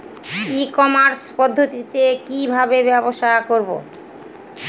ই commerce পদ্ধতিতে কি ভাবে ব্যবসা করব?